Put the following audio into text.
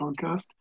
podcast